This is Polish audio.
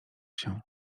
się